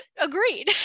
agreed